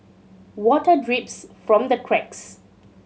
water drips from the cracks